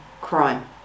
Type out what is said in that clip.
crime